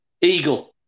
Eagle